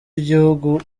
igihugu